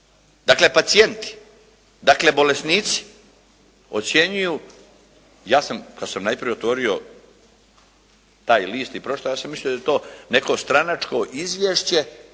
dakle pacijenti, dakle bolesnici ocjenjuju. Ja sam kad sam najprije otvorio taj list i pročitao ja sam mislio da je to neko stranačko izvješće